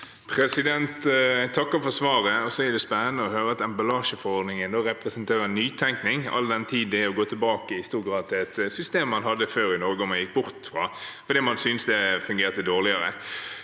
Jeg takker for svaret. Det er spennende å høre at emballasjeforordningen representerer nytenkning, all den tid det i stor grad er å gå tilbake til et system man hadde før i Norge, som man gikk bort fra fordi man syntes det fungerte dårligere.